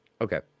Okay